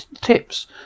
tips